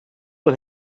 een